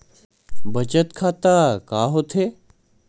बचत खाता का होथे?